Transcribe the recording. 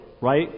right